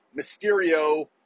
Mysterio